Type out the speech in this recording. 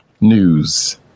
news